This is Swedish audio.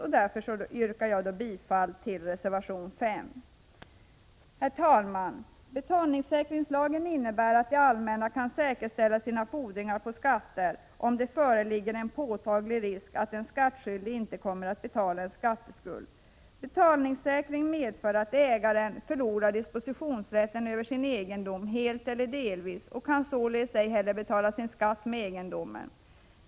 Med det yrkar jag bifall till reservation 5. Herr talman! Betalningssäkringslagen innebär att det allmänna kan säkerställa sina fordringar på skatter, om det föreligger en påtaglig risk att en skattskyldig inte kommer att betala en skatteskuld. Betalningssäkring medför att ägaren förlorar dispositionsrätten över sin egendom helt eller delvis och kan således ej heller betala sin skatt med egendomen.